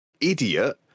idiot